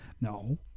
No